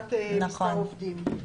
הגבלת מספר עובדים.